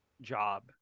job